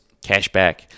cashback